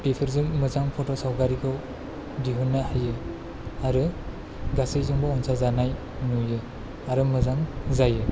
बेफोरजों मोजां फट' सावगारिखौ दिहुन्नो हायो आरो गासैजोंबो अनसाय जानाय नुयो आरो मोजां जायो